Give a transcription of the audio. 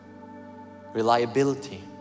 reliability